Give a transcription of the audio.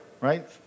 right